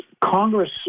Congress